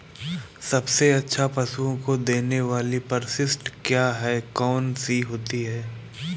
सबसे अच्छा पशुओं को देने वाली परिशिष्ट क्या है? कौन सी होती है?